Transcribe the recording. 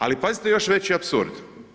Ali pazite još veći apsurd.